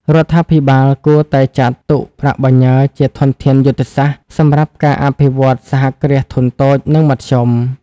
រដ្ឋាភិបាលគួរតែចាត់ទុកប្រាក់បញ្ញើជា "ធនធានយុទ្ធសាស្ត្រ" សម្រាប់ការអភិវឌ្ឍ សហគ្រាសធុនតូច និងមធ្យម។